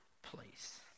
place